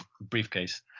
briefcase